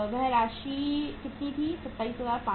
वह राशि कितनी थी 27500